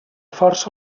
força